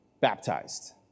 baptized